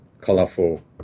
colorful